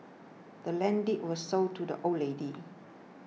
the land's deed was sold to the old lady